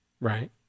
Right